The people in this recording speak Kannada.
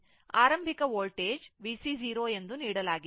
ಆರಂಭಿಕ ವೋಲ್ಟೇಜ್ VC 0 ಎಂದು ನೀಡಲಾಗಿದೆ